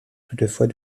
toutefois